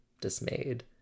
dismayed